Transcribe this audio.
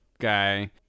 guy